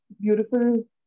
beautiful